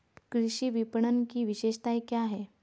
कृषि विपणन की विशेषताएं क्या हैं?